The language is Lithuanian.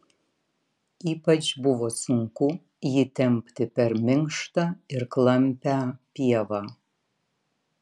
ypač buvo sunku jį tempti per minkštą ir klampią pievą